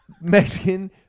mexican